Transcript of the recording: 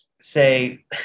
say